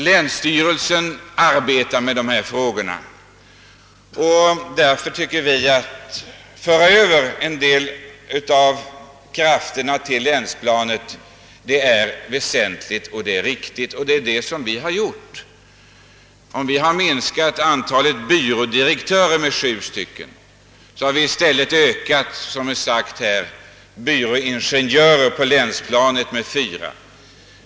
Länsstyrelsen arbetar med dessa frågor, och därför tycker vi att det är väsentligt och riktigt att föra över en del av krafterna till länsplanet. Det är det vi har gjort, när vi har minskat antalet byrådirektörstjänster med sju och i stället ökat antalet byråingenjörstjänster på länsplanet med fyra.